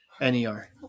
NER